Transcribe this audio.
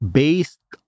based